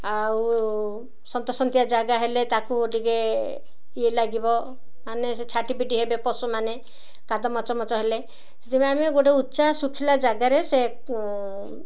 ଆଉ ସନ୍ତସନ୍ତିଆ ଜାଗା ହେଲେ ତା'କୁ ଟିକେ ଇଏ ଲାଗିବ ମାନେ ସେ ଛାଟିପିଟି ହେବେ ପଶୁମାନେ କାଦ ମଚମଚ ହେଲେ ସେଥିପାଇଁ ଆମେ ଗୋଟେ ଉଚ୍ଚା ଶୁଖିଲା ଜାଗାରେ ସେ